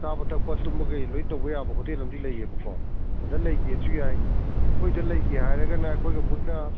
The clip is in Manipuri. ꯆꯥꯕ ꯊꯛꯄ ꯊꯨꯝꯕ ꯀꯩꯀꯩ ꯂꯣꯏꯅ ꯇꯧꯕ ꯌꯥꯕ ꯍꯣꯇꯦꯜ ꯑꯝꯗꯤ ꯂꯩꯌꯦꯕꯀꯣ ꯑꯗꯨꯗ ꯂꯩꯒꯦꯁꯨ ꯌꯥꯏ ꯑꯩꯈꯣꯏꯗ ꯂꯩꯒꯦ ꯍꯥꯏꯔꯒꯅ ꯑꯩꯈꯣꯏꯒ ꯄꯨꯟꯅ